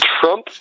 Trump